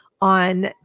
on